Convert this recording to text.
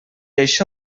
això